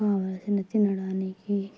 కావలసిన తినడానికి